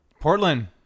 Portland